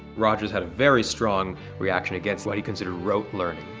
rogers had a very strong reaction against what he considered rote learning.